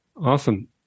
Awesome